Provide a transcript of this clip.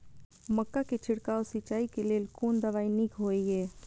मक्का के छिड़काव सिंचाई के लेल कोन दवाई नीक होय इय?